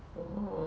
oh